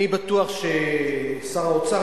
אני בטוח ששר האוצר,